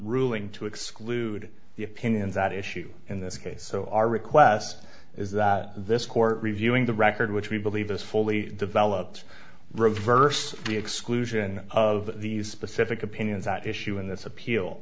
ruling to exclude the opinions at issue in this case so our request is that this court reviewing the record which we believe is fully developed reverse the exclusion of these specific opinions that issue in this appeal